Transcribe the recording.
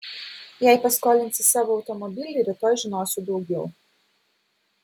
jei paskolinsi savo automobilį rytoj žinosiu daugiau